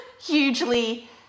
hugely